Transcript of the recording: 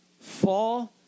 fall